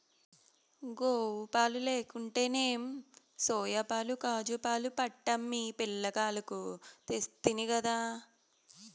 గోవుపాలు లేకుంటేనేం సోయాపాలు కాజూపాలు పట్టమ్మి పిలగాల్లకు తెస్తినిగదా